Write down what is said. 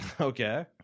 Okay